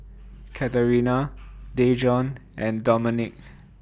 Katerina Dejon and Domenic